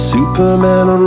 Superman